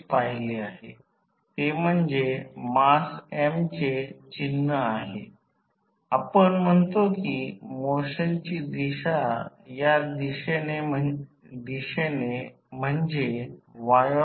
याचा अर्थ cos ∅ 0 W iV1 I0 आहे जे भार पॉवर फॅक्टर नाही आणि पहा आणि म्हणूनच जर cos ∅ 0 मिळाला तर I c ला I0 cos ∅ 0 मिळेल हे आपण आधी पाहिले आहे